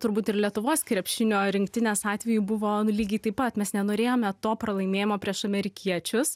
turbūt ir lietuvos krepšinio rinktinės atveju buvo lygiai taip pat mes nenorėjome to pralaimėjimo prieš amerikiečius